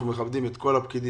אנחנו מכבדים את כל הפקידים,